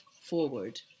forward